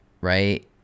right